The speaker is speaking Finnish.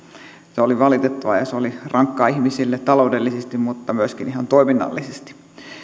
se oli valitettavaa ja se oli rankkaa ihmisille taloudellisesti mutta myöskin ihan toiminnallisesti